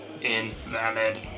Invalid